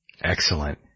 Excellent